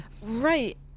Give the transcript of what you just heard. right